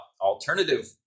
alternative